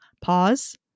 Pause